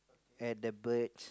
at the birds